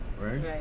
right